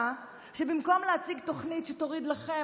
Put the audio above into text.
ובמקום להציג תוכנית שתוריד לכם,